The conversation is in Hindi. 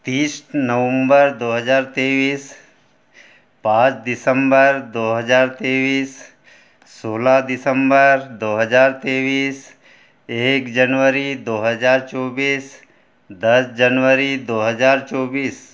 तीस नवम्बर दो हज़ार तेईस पाँच दिसम्बर दो हज़ार तेईस सोलह दिसम्बर दो हज़ार तेईस एक जनवरी दो हज़ार चौबीस दस जनवरी दो हज़ार चौबीस